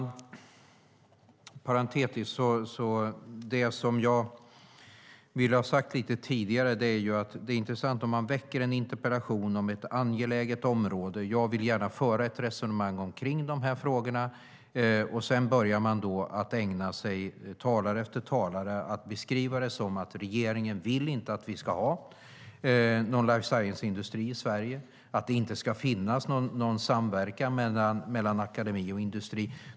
Inom parentes kan jag säga att det jag ville ha sagt tidigare är att det är intressant att man väcker en interpellation om ett angeläget område - jag vill gärna föra ett resonemang om dessa frågor - och att talare efter talare sedan börjar beskriva det som att regeringen inte vill att vi ska ha någon life science-industri i Sverige eller att det ska finnas någon samverkan mellan akademi och industri.